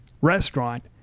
restaurant